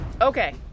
Okay